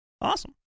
Awesome